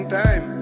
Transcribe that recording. time